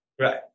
Right